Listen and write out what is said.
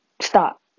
Stop